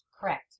Correct